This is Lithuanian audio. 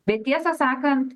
bet tiesą sakant